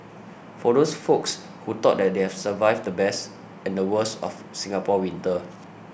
for those folks who thought that they have survived the best and the worst of Singapore winter